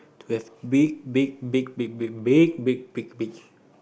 to have big big big big big big big big big